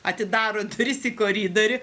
atidaro duris į koridorių